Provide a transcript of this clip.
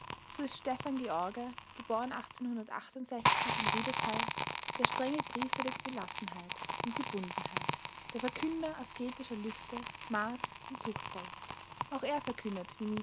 so ist stefan george geboren in büdesheim der strenge priester der gelassenheit und gebundenheit der verkünder asketischer lüste maß und zuchtvoll auch der verkündet wie